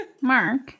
Mark